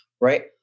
right